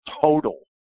total